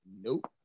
Nope